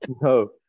No